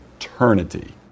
eternity